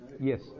Yes